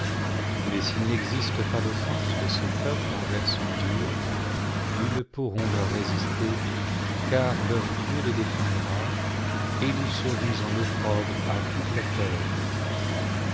mais s'il n'existe pas d'offense de ce peuple envers son dieu nous ne pourrons leur résister car leur dieu les défendra et nous serons en opprobre à toute la terre